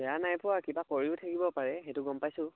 বেয়া নাইপোৱা কিবা কৰিও থাকিব পাৰে সেইটো গম পাইছোঁ